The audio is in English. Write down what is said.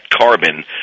carbon